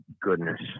goodness